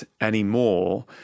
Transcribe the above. anymore